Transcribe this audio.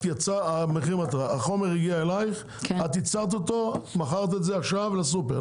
החומר הגיע אליך, ייצרת אותו, מכרת לספר.